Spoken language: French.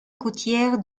côtière